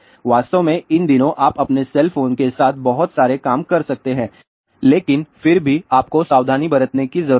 वास्तव में इन दिनों आप अपने सेल फोन के साथ बहुत सारे काम कर सकते हैं लेकिन फिर भी आपको सावधानी बरतने की जरूरत है